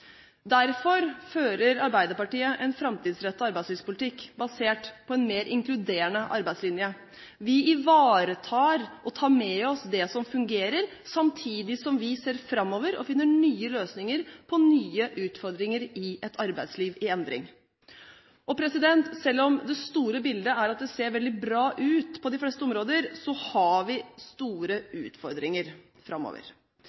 Derfor fører Arbeiderpartiet en framtidsrettet arbeidslivspolitikk basert på en mer inkluderende arbeidslinje. Vi ivaretar og tar med oss det som fungerer, samtidig som vi ser framover og finner nye løsninger på nye utfordringer i et arbeidsliv i endring. Selv om det store bildet er at det ser veldig bra ut på de fleste områder, har vi store utfordringer framover.